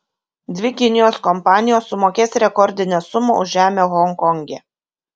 dvi kinijos kompanijos sumokės rekordinę sumą už žemę honkonge